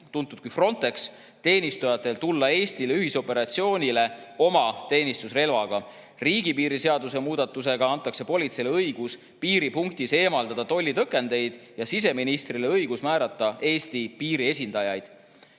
Ameti ehk Frontexi teenistujatele õigus tulla Eestisse ühisoperatsioonile oma teenistusrelvaga. Riigipiiri seaduse muutmisega antakse politseile õigus eemaldada piiripunktis tollitõkendeid ja siseministrile õigus määrata Eesti piiri esindajaid.